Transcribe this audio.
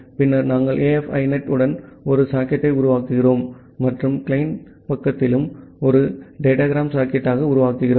பின்னர் நாங்கள் AF INET உடன் ஒரு சாக்கெட்டை உருவாக்குகிறோம் மற்றும் கிளையன்ட் பக்கத்திலும் ஒரு டேட்டாகிராம் சாக்கெட்டாக உருவாக்குகிறோம்